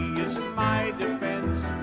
my defense,